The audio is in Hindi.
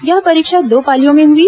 यह परीक्षा दो पालियों में हुई